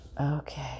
Okay